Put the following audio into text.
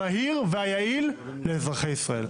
המהיר והיעיל לאזרחי ישראל.